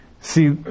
See